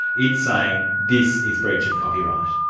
it's saying this is breach of copyright.